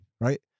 right